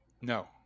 No